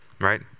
right